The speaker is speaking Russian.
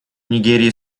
нигерии